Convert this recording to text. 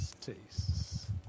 tastes